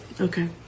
Okay